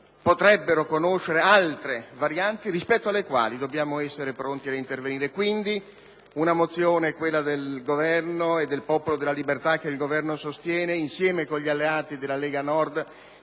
potrebbero infatti conoscere altre varianti rispetto alle quali dobbiamo essere pronti ad intervenire. Questa mozione del Popolo della Libertà, che il Governo sostiene insieme agli alleati della Lega Nord,